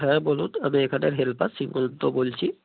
হ্যাঁ বলুন আমি এখানের হেল্পার শিবু দত্ত বলছি